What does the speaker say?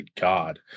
God